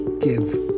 give